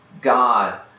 God